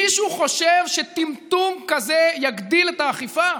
מישהו חושב שטמטום כזה יגדיל את האכיפה?